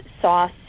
sauce